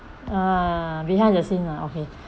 ah behind the scene lah okay